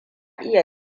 iya